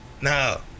No